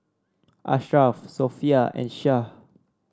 Ashraf Sofea and Shah